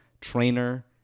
trainer